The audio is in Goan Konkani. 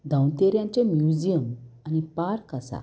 धांवतेऱ्यांचें म्युजियम आनी पार्क आसा